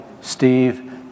Steve